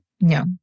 No